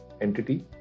entity